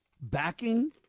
backing